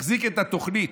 מחזיק את התוכנית.